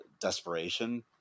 desperation